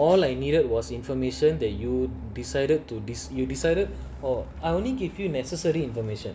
and all I needed was information that you decided to this you decided or I only give you necessary information